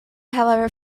however